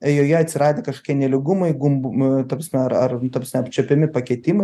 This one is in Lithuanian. joje atsiradę kažkokie nelygumai gumbu m ta prasme ar ar ta prasme apčiuopiami pakitimai